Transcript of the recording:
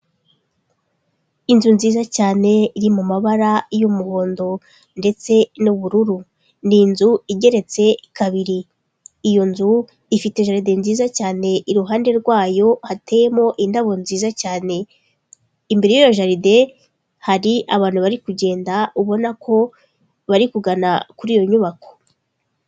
Inzu nziza cyane iri mu mabara y'umuhondo ndetse n'ubururu. Ni inzu igeretse kabiri. Iyo nzu ifite jaride nziza cyane iruhande rwayo hateyemo indabo nziza cyane. Imbere y'iyo jaride hari abantu bari kugenda ubona ko bari kugana kuri iyo nyubako.